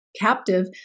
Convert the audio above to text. captive